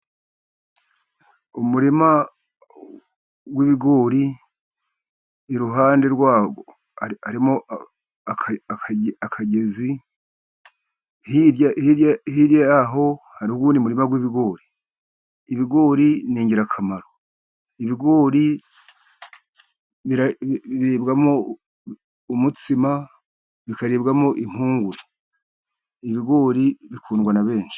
Umurima w'ibigori iruhande rwawo harimo akagezi hirya hirya hirya yaho hariho uwundi murima w'ibigori. Ibigori ni ingirakamaro. Ibigori biribwamo umutsima, bikaribwamo impungure, ibigori bikundwa na benshi.